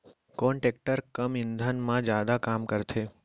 कोन टेकटर कम ईंधन मा जादा काम करथे?